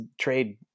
trade